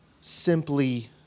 simply